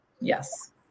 Yes